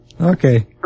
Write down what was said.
Okay